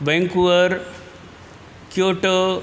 Vancouver kyoto